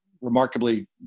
remarkably